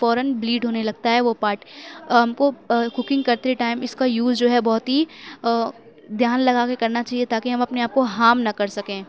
فوراً بلیڈ ہونے لگتا ہے وہ پارٹ ہم کو کوکنگ کرتے ٹائم اِس کا یُوز جو ہے بہت ہی دھیان لگا کے کرنا چاہیے تاکہ ہم اپنے آپ کو ہارم نہ کر سکیں